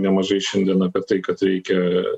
nemažai šiandien apie tai kad reikia